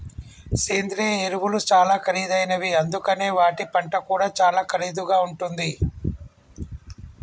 సేంద్రియ ఎరువులు చాలా ఖరీదైనవి అందుకనే వాటి పంట కూడా చాలా ఖరీదుగా ఉంటుంది